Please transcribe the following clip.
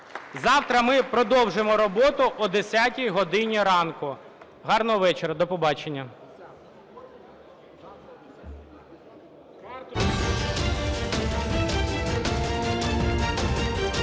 Завтра ми продовжимо роботу о 10-й годині ранку. Гарного вечора. До побачення.